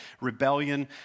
rebellion